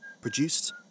produced